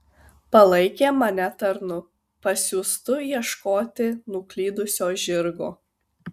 palaikė mane tarnu pasiųstu ieškoti nuklydusio žirgo